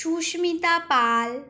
Susmita Pal